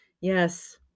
yes